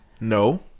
No